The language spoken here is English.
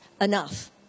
enough